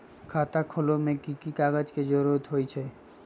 खाता खोले में कि की कागज के जरूरी होई छइ?